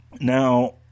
Now